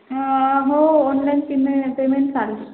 हो online payment payment चालेल